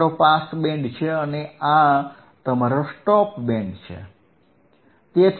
આ તમારો pass band છે અને આ તમારો સ્ટોપ બેન્ડ છે